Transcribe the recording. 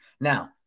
Now